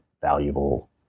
valuable